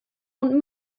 und